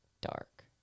dark